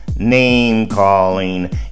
name-calling